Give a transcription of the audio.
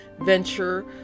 venture